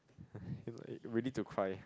you like ready to cry